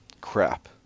crap